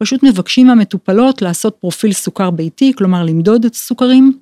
פשוט מבקשים מהמטופלות לעשות פרופיל סוכר ביתי, כלומר למדוד את הסוכרים.